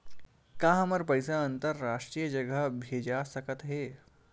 का हमर पईसा अंतरराष्ट्रीय जगह भेजा सकत हे?